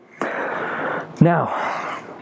now